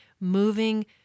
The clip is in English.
moving